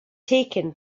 taken